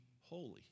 holy